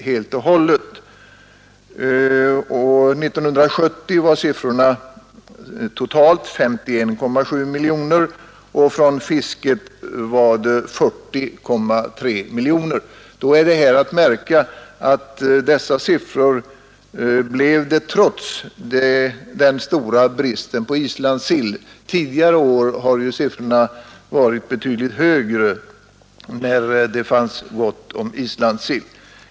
År 1970 var motsvarande totalsiffra 51,7 miljoner, därav 40,3 miljoner från fisket. Därvid är att märka att de siffrorna uppnåddes trots den stora bristen på islandssill. Tidigare år var siffrorna betydligt högre, när det fanns gott om islandssill.